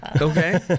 Okay